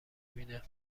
میده